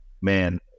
man